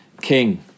king